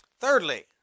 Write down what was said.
Thirdly